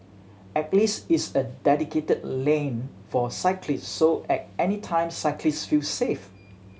at least it's a dedicated lane for cyclist so at any time cyclist feel safe